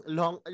long